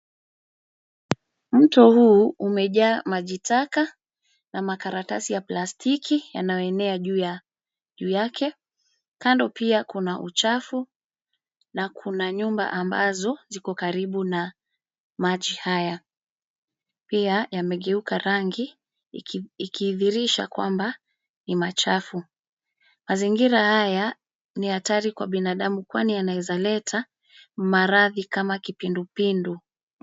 Mto huu umejaa maji taka na makaratasi ya plastiki yanayoenea juu yake. Kando pia kuna uchafu na kuna nyumba ambazo ziko karibu na maji haya. Pia yamegeuka rangi, ikidhihirisha kwamba ni machafu. Mazingira haya ni hatari kwa binadamu, kwani yanaweza leta maradhi kama kipindupindu.